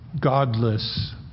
godless